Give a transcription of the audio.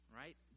right